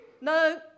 No